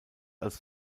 als